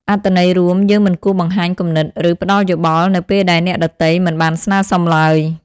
អត្ថន័យរួម យើងមិនគួរបង្ហាញគំនិត ឬផ្ដល់យោបល់នៅពេលដែលអ្នកដទៃមិនបានស្នើសុំឡើយ។